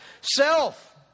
Self